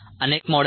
अनेक मॉडेल आहेत